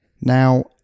Now